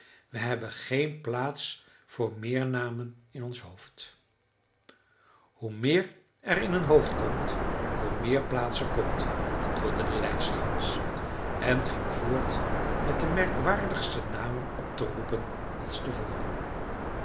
we hebben geen plaats voor meer namen in ons hoofd hoe meer er in een hoofd komt hoe meer plaats er komt antwoordde de leidstergans en ging voort met de merkwaardigste namen op te roepen als te voren